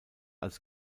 als